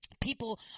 people